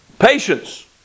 patience